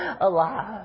alive